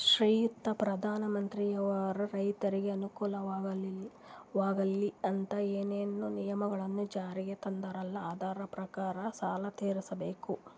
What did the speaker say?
ಶ್ರೀಯುತ ಪ್ರಧಾನಮಂತ್ರಿಯವರು ರೈತರಿಗೆ ಅನುಕೂಲವಾಗಲಿ ಅಂತ ಏನೇನು ನಿಯಮಗಳನ್ನು ಜಾರಿಗೆ ತಂದಾರಲ್ಲ ಅದರ ಪ್ರಕಾರನ ಸಾಲ ತೀರಿಸಬೇಕಾ?